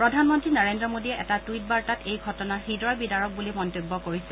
প্ৰধানমন্ত্ৰী নৰেন্দ্ৰ মোদীয়ে এটা টুইটবাৰ্তাত এই ঘটনা হৃদয়বিদাৰক বুলি মন্তব্য কৰিছে